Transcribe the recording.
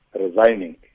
resigning